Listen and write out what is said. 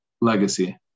Legacy